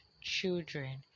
children